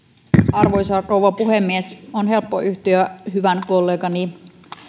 arvoisa rouva puhemies on helppo yhtyä hyvän kollegani